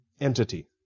entity